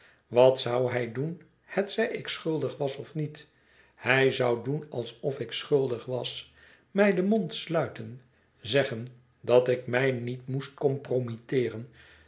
wat zou hij doen hetzij ik schuldig was of niet hij zou doen alsof ik schuldig was mij den mond sluiten zeggen dat ik mij niet moest